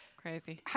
Crazy